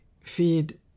feed